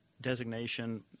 designation